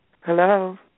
Hello